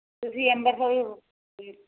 ਤੁਸੀਂ